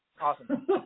Awesome